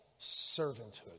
servanthood